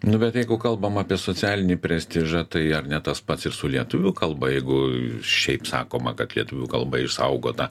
nu bet jeigu kalbam apie socialinį prestižą tai ar ne tas pats ir su lietuvių kalba jeigu šiaip sakoma kad lietuvių kalba išsaugota